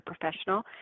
professional